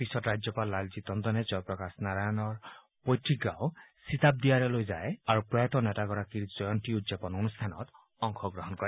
পিছত ৰাজ্যপাল লালজী টণ্ডনে জয়প্ৰকাশ নাৰায়ণৰ পৈতৃক গাঁও চিতাবদিয়াৰালৈ যায় আৰু প্ৰয়াত নেতাগৰাকীৰ জয়ন্তী উদযাপন অনুষ্ঠানত অংশগ্ৰহণ কৰে